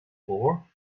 for